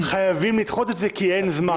חייבים לדחות את זה כי אין זמן.